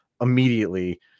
immediately